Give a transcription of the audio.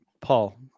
Paul